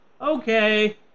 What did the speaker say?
Okay